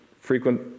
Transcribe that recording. frequent